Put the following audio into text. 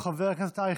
חבר הכנסת אייכלר,